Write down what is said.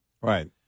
Right